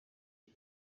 cyo